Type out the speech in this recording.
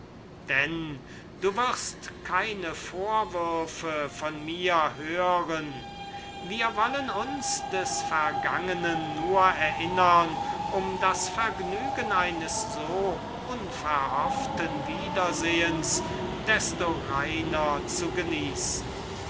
hätte du wirst keine vorwürfe von mir hören wir wollen uns des vergangenen nur erinnern um das vergnügen eines so unverhofften wiedersehens desto vollkommner zu genießen